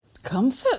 Comfort